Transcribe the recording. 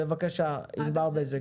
בבקשה, ענבר בזק.